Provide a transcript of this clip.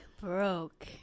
broke